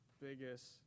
biggest